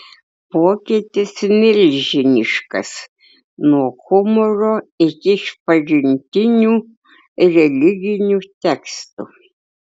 pokytis milžiniškas nuo humoro iki išpažintinių religinių tekstų